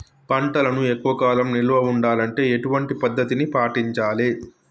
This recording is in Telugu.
పంటలను ఎక్కువ కాలం నిల్వ ఉండాలంటే ఎటువంటి పద్ధతిని పాటించాలే?